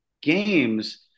games